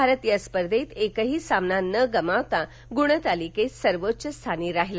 भारत या स्पर्धेत एकही सामना न गमावता गुणतालिकेत सर्वोच्च स्थानी राहिला